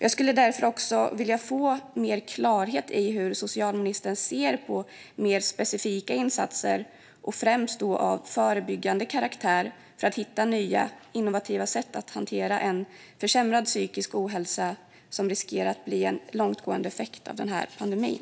Jag skulle därför vilja få större klarhet i hur socialministern ser på mer specifika insatser, främst av förebyggande karaktär, för att hitta nya innovativa sätt att hantera en försämrad psykisk hälsa som riskerar att bli en långtgående effekt av den här pandemin.